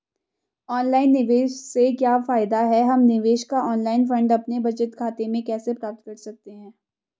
Online निवेश से क्या फायदा है हम निवेश का ऑनलाइन फंड अपने बचत खाते में कैसे प्राप्त कर सकते हैं?